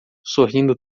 sorrindo